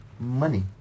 money